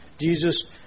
Jesus